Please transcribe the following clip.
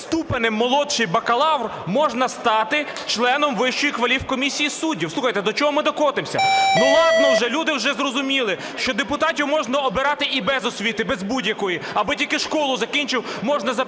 ступенем молодший бакалавр можна стати членом Вищої кваліфкомісії суддів. Слухайте, до чого ми докотимося? Ну, ладно вже, люди вже зрозуміли, що депутатів можна обирати і без освіти, без будь-якої, аби тільки школу закінчив, можна записувати